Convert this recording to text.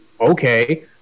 Okay